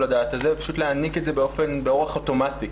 הדעת הזה ולהעניק את זה באורח אוטומטי,